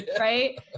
Right